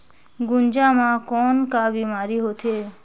गुनजा मा कौन का बीमारी होथे?